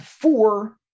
four